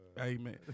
Amen